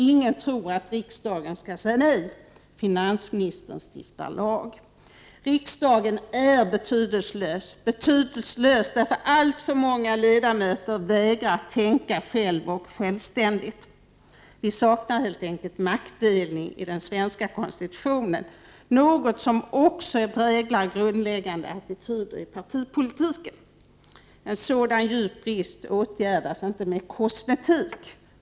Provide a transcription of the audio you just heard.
Ingen tror att riksdagen skall säga nej. Finansministern stiftar lag. Riksdagen är betydelselös. Betydelselös, därför att alltför många ledamöter vägrar att tänka själv och självständigt. Vi saknar helt enkelt maktdelning i den svenska konstitutionen, något som också präglar grundläggande attityder i partipolitiken. En sådan djup brist åtgärdas inte med kosmetik.